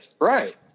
Right